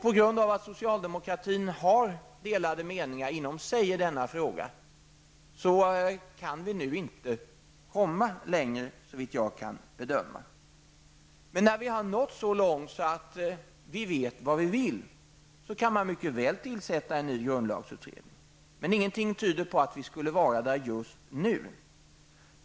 På grund av att socialdemokratin har delade meningar inom sig i denna fråga kan vi nu inte komma längre, såvitt jag kan bedöma. Men när vi har nått så långt att vi vet vad vi vill, kan man mycket väl tillsätta en ny grundlagsutredning. Ingenting tyder emellertid på att vi skulle vara där just nu.